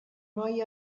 noi